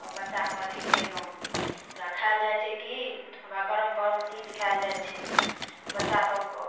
आओर बच्चाके अथी केलहुँ वएह खिआएल जाइ छै कि वएह गरम गरम चीज खिआएल जाइ छै बच्चा सबके